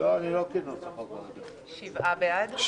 הצבעה בעד,